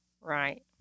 Right